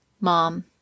Mom